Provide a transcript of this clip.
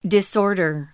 Disorder